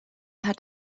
hat